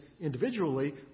individually